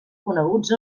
coneguts